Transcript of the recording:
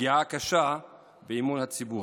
ופגיעה קשה באמון הציבור.